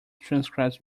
transcribes